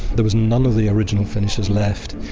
there was none of the original finishes left.